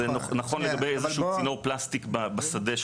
זה נכון לגבי איזה שהוא צינור פלסטיק בשדה של